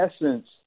essence